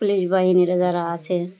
police বাহিনীরা যারা আছে